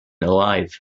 alive